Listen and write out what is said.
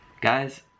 Guys